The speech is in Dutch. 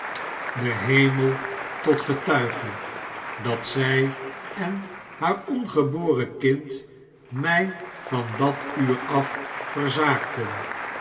den hemel tot getuige dat zij en haar ongeboren kind mij van dat mtr af